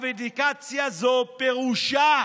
אבדיקציה זו פירושה